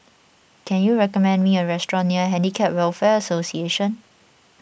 can you recommend me a restaurant near Handicap Welfare Association